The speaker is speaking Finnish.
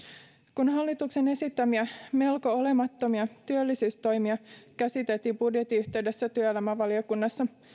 kun hallituksen esittämiä melko olemattomia työllisyystoimia käsiteltiin budjetin yhteydessä työelämävaliokunnassa